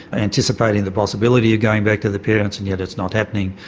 anticipating the possibility of going back to the parents and yet it's not happening.